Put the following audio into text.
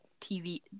TV